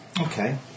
Okay